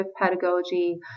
pedagogy